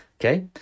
okay